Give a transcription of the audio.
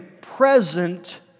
present